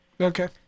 Okay